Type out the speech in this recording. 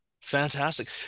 fantastic